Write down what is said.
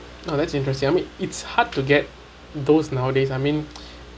oh that's interesting I mean it's hard to get those nowadays I mean